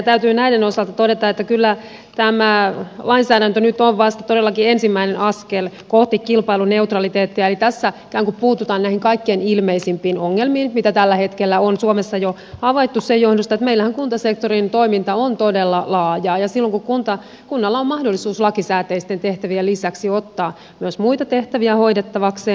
täytyy näiden osalta todeta että kyllä tämä lainsäädäntö nyt on vasta todellakin ensimmäinen askel kohti kilpailuneutraliteettia eli tässä ikään kuin puututaan näihin kaikkein ilmeisimpiin ongelmiin mitä tällä hetkellä on suomessa jo havaittu sen johdosta että meillähän kuntasektorin toiminta on todella laajaa ja kunnalla on mahdollisuus lakisääteisten tehtävien lisäksi ottaa myös muita tehtäviä hoidettavakseen